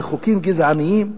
על חוקים גזעניים?